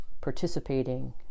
participating